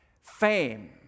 Fame